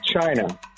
China